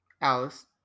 Alice